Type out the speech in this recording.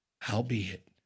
Howbeit